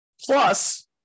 Plus